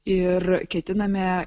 ir ketiname